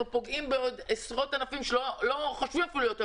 אנחנו פוגעים בעוד עשרות אלפים שלא חושבים אפילו להיות עבריינים,